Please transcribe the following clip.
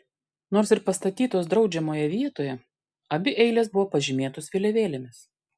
nors ir pastatytos draudžiamoje vietoje abi eilės buvo pažymėtos vėliavėlėmis